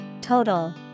Total